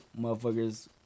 motherfuckers